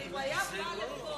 אם הוא היה בא לפה,